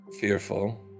fearful